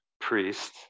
priest